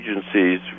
agencies